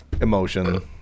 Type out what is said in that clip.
emotion